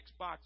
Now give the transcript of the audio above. Xbox